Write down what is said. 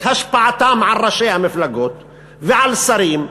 את השפעתם על ראשי המפלגות ועל שרים.